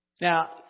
Now